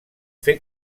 fer